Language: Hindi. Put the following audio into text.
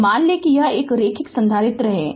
तो मान ले कि यह एक रैखिक संधारित्र है